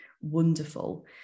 wonderful